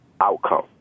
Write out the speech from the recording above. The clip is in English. outcome